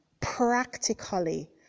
practically